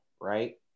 right